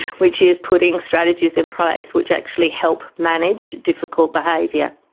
which is putting strategies in place which actually help manage difficult behaviour.